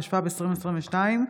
התשפ"ב 2022,